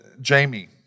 Jamie